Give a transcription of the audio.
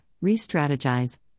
re-strategize